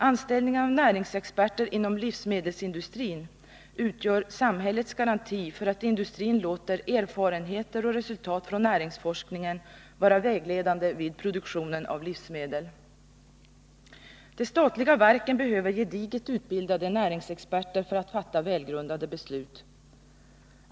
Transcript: Anställningen av näringsexperter inom livsmedelsindustrin utgör samhällets garanti för att industrin låter erfarenhet och resultat från näringsforskningen vara vägledande vid produktionen av livsmedel. De statliga verken behöver gediget utbildade näringsexperter för att kunna fatta välgrundade beslut.